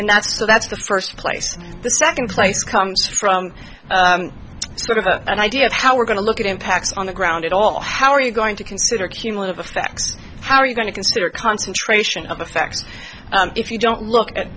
and that's so that's the first place the second place comes from sort of an idea of how we're going to look at impacts on the ground at all how are you going to consider cumulative effects how are you going to consider concentration of the facts if you don't look at